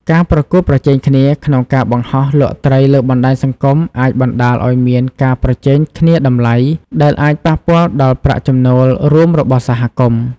ការប្រកួតប្រជែងគ្នាក្នុងការបង្ហោះលក់ត្រីលើបណ្តាញសង្គមអាចបណ្តាលឱ្យមានការប្រជែងគ្នាតម្លៃ ដែលអាចប៉ះពាល់ដល់ប្រាក់ចំណូលរួមរបស់សហគមន៍។